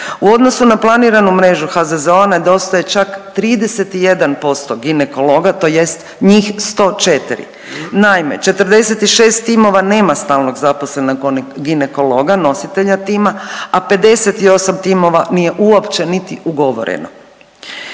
U odnosu na planiranu mrežu HZZO-a nedostaje čak 31% ginekologa tj. njih 104, naime 46 timova nema stalnog zaposlenog ginekologa nositelja tima, a 58 timova nije uopće niti ugovoreno.